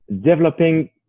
developing